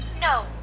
No